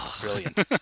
Brilliant